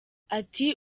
ati